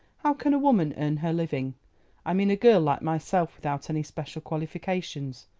how can a woman earn her living i mean a girl like myself without any special qualifications?